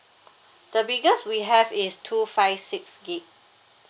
the biggest we have is two five six gig